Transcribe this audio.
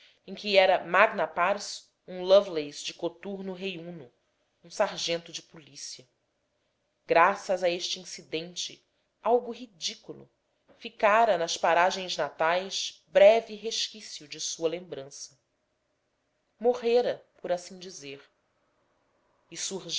em que era magna pars um lovelace de coturno reiúno um sargento de polícia graças a este incidente algo ridículo ficara nas paragens natais breve resquício de sua lembrança morrera por assim dizer como